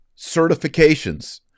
certifications